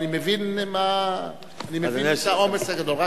אבל אני מבין את העומס הגדול.